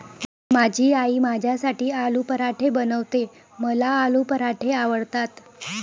माझी आई माझ्यासाठी आलू पराठे बनवते, मला आलू पराठे आवडतात